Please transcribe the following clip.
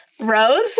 rose